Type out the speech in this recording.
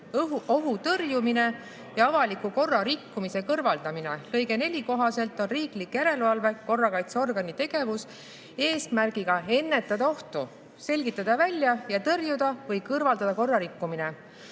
ohu tõrjumine ja avaliku korra rikkumise kõrvaldamine. Lõike 4 kohaselt on riiklik järelevalve korrakaitseorgani tegevus eesmärgiga ennetada ohtu, selgitada see välja ja tõrjuda või kõrvaldada korrarikkumine.